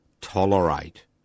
tolerate